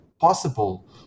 possible